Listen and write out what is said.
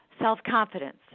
self-confidence